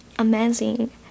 amazing